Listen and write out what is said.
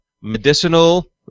medicinal